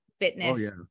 fitness